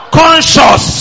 conscious